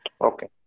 Okay